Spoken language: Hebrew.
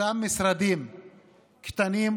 אותם משרדים קטנים,